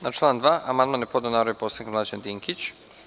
Na član 2. amandman je podneo narodni poslanik Mlađan Dinkić.